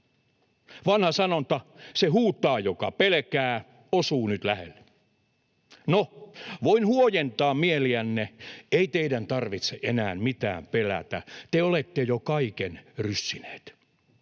Vanha sanonta ”se huutaa, joka pelkää”, osuu nyt lähelle. No, voin huojentaa mieliänne: ei teidän tarvitse enää mitään pelätä. Te olette jo kaiken ryssineet.